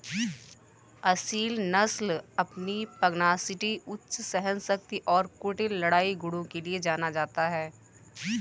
असील नस्ल अपनी पगनासिटी उच्च सहनशक्ति और कुटिल लड़ाई गुणों के लिए जाना जाता है